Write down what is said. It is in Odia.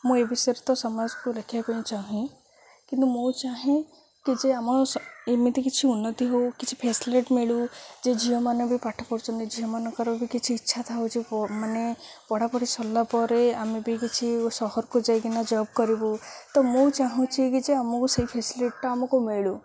ମୁଁ ଏ ବିଷୟରେ ତ ସମାଜକୁ ଲେଖିବା ପାଇଁ ଚାହେଁ କିନ୍ତୁ ମୁଁ ଚାହେଁ କି ଯେ ଆମ ଏମିତି କିଛି ଉନ୍ନତି ହଉ କିଛି ଫେସିଲିଟି ମିଳୁ ଯେ ଝିଅମାନେ ବି ପାଠ ପଢ଼ୁଛନ୍ତି ଝିଅମାନଙ୍କର ବି କିଛି ଇଚ୍ଛା ଥାଉଛି ମାନେ ପଢ଼ାପଢ଼ି ସରିଲା ପରେ ଆମେ ବି କିଛି ସହରକୁ ଯାଇକିନା ଜବ୍ କରିବୁ ତ ମୁଁ ଚାହୁଁଛି କି ଯେ ଆମକୁ ସେଇ ଫାସିଲିଟିଟା ଆମକୁ ମିଳୁ